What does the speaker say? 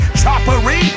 choppery